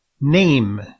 name